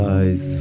eyes